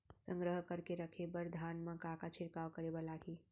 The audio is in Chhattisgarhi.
संग्रह करके रखे बर धान मा का का छिड़काव करे बर लागही?